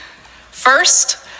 First